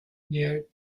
near